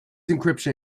encryption